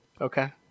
Okay